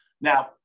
Now